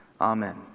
Amen